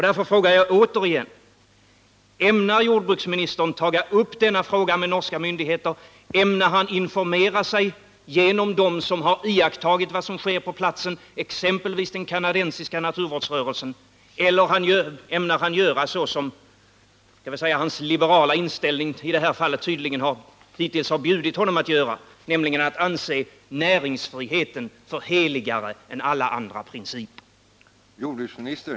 Därför frågar jag återigen: Ämnar jordbruksministern ta upp denna fråga med norska myndigheter, ämnar han informera sig genom dem som har iakttagit vad som sker på platsen, exempelvis den kanadensiska naturvårdsrörelsen, eller ämnar han göra så som hans liberala inställning i det här fallet tydligen hittills har bjudit honom att göra, nämligen anse näringsfriheten som heligare än alla andra principer?